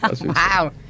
Wow